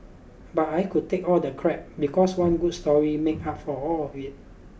but I could take all the crap because one good story made up for all of it